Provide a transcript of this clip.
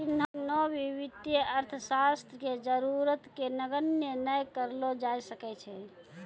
किन्हो भी वित्तीय अर्थशास्त्र के जरूरत के नगण्य नै करलो जाय सकै छै